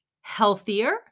healthier